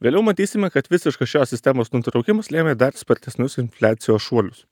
vėliau matysime kad visiškas šios sistemos nutraukimas lėmė dar spartesnius infliacijos šuolius